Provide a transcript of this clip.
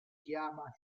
chiama